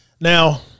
Now